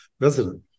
resident